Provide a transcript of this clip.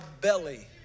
belly